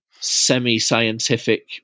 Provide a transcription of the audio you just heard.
semi-scientific